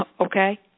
Okay